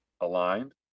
aligned